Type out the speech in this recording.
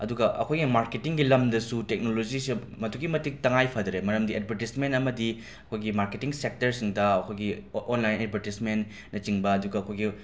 ꯑꯗꯨꯒ ꯑꯩꯈꯣꯏꯒꯤ ꯃꯥꯔꯀꯦꯇꯤꯡꯒꯤ ꯂꯝꯗꯁꯨ ꯇꯦꯛꯅꯣꯂꯣꯖꯤꯁꯦ ꯑꯗꯨꯛꯀꯤ ꯃꯇꯤꯛ ꯇꯉꯥꯏ ꯐꯗ꯭ꯔꯦ ꯃꯔꯝꯗꯤ ꯑꯦꯗꯕꯔꯇꯤꯁꯃꯦꯟ ꯑꯃꯗꯤ ꯑꯩꯈꯣꯏꯒꯤ ꯃꯥꯔꯀꯦꯇꯤꯡ ꯁꯦꯛꯇꯔꯁꯤꯡꯗ ꯑꯩꯈꯣꯏꯒꯤ ꯑꯣ ꯑꯣꯟꯂꯥꯏꯟ ꯑꯦꯗꯕꯔꯇꯤꯁꯃꯦꯟꯅꯆꯤꯡꯕ ꯑꯗꯨꯒ ꯑꯩꯈꯣꯏꯒꯤ